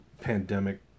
pandemic